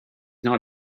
not